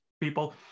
people